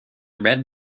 red